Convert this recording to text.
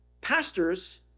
Pastors